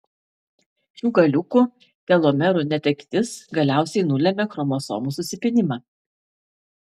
šių galiukų telomerų netektis galiausiai nulemia chromosomų susipynimą